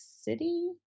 City